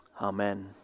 Amen